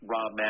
Rob